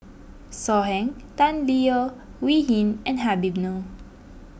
So Heng Tan Leo Wee Hin and Habib Noh